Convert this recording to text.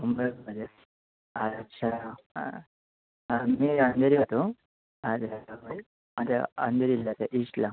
मुंबईत नाही आहेत अच्छा मी अंधेरीवरून आलो अंधे अंधेरीला राहते ईस्टला